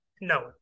No